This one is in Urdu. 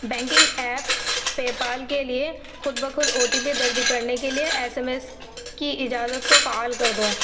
بینکنگ ایپ پے پال کے لیے خود بہ خود او ٹی پی درج کرنے کے لیے ایس ایم ایس کی اجازت کو فعال کر دو